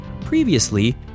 Previously